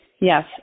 Yes